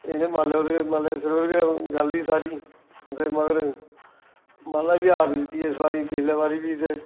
एह्दे मालें पर गै मालें दे सिरै पर गै गल्ल ही सारी ते मगर मालै बी हार दित्ती इस बारी पिछले बारी बी ते